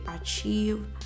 achieve